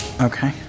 Okay